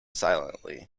silently